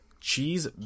Cheese